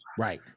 Right